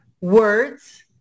words